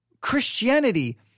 Christianity